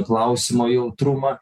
klausimo jautrumą